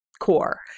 core